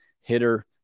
hitter